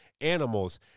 Animals